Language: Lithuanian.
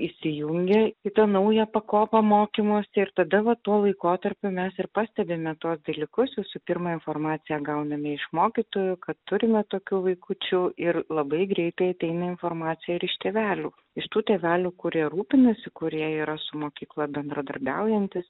įsijungia į tą naują pakopą mokymosi ir tada va tuo laikotarpiu mes ir pastebime tuos dalykus visų pirma informaciją gauname iš mokytojų kad turime tokių vaikučių ir labai greitai ateina informacija ir iš tėvelių iš tų tėvelių kurie rūpinasi kurie yra su mokykla bendradarbiaujantys